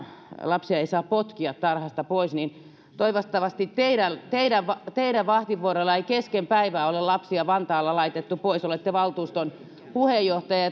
lapsia ei saa potkia tarhasta pois niin toivottavasti teidän teidän vahtivuorollanne ei kesken päivää ole lapsia vantaalla laitettu pois olette valtuuston puheenjohtaja